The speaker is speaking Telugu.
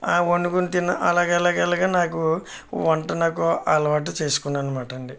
వండుకొని తిన్న అలగలగలాగే నాకు వంట నాకు అలవాటు చేసుకున్నాను అన్నమాట అండి